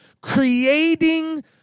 creating